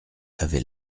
avait